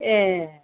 ए